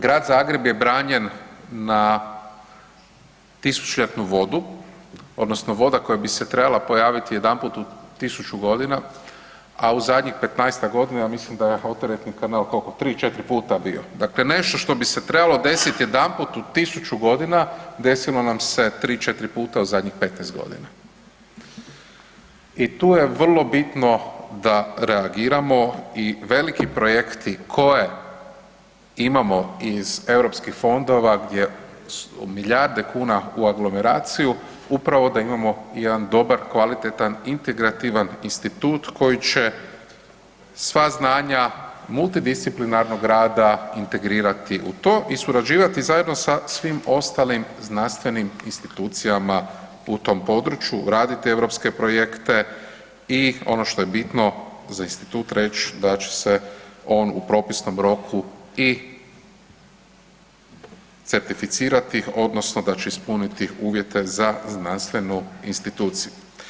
Grad Zagreb je branjen na tisućljetnu vodu odnosno voda koja bi se trebala pojaviti jedanput u 1000.g., a u zadnjih 15-tak godina mislim da je … [[Govornik se ne razumije]] kanal, kolko, 3-4 puta bio, dakle nešto što bi se trebalo desit jedanput u 1000.g., desilo nam se 3-4 puta u zadnjih 15.g. i tu je vrlo bitno da reagiramo i veliki projekti koje imamo iz Europskih fondova gdje su milijarde kuna u aglomeraciju upravo da imamo i jedan dobar, kvalitetan i integrativan institut koji će sva znanja multidisciplinarnog rada integrirati u to i surađivati zajedno sa svim ostalim znanstvenim institucijama u tom području, radit europske projekte i ono što je bitno za institut reć da će se on u propisnom roku i certificirati odnosno da će ispuniti uvjete za znanstvenu instituciju.